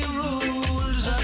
rules